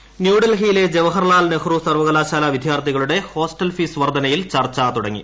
U ന്യൂഡൽഹിയിലെ ജവഹർലാൽ നെഹ്റു സർവകലാശാല വിദ്യാർത്ഥികളുടെ ഹോസ്റ്റൽ ഫീസ് വർദ്ധനയിൽ ചർച്ചു തുടങ്ങി